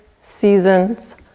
seasons